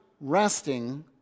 resting